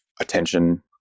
attention